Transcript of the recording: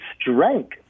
strength